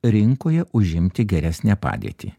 rinkoje užimti geresnę padėtį